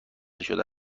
شده